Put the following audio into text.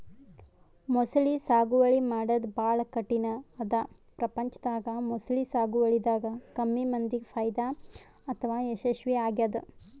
ಮೊಸಳಿ ಸಾಗುವಳಿ ಮಾಡದ್ದ್ ಭಾಳ್ ಕಠಿಣ್ ಅದಾ ಪ್ರಪಂಚದಾಗ ಮೊಸಳಿ ಸಾಗುವಳಿದಾಗ ಕಮ್ಮಿ ಮಂದಿಗ್ ಫೈದಾ ಅಥವಾ ಯಶಸ್ವಿ ಆಗ್ಯದ್